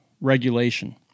regulation